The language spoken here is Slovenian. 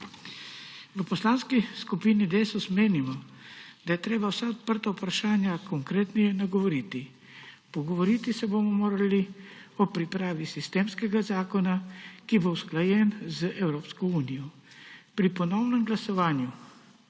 V Poslanski skupini Desus menimo, da je treba vsa odprta vprašanja konkretneje nagovoriti. Pogovoriti se bomo morali o pripravi sistemskega zakona, ki bo usklajen z Evropsko unijo. Pri ponovnem glasovanju